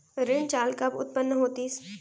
ऋण जाल कब उत्पन्न होतिस?